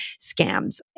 scams